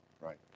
right